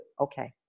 okay